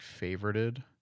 favorited